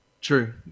True